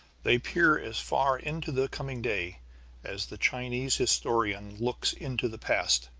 they peer as far into the coming day as the chinese historian looks into the past.